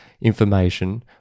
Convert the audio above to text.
information